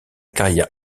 carrière